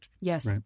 Yes